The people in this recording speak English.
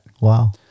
Wow